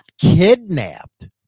kidnapped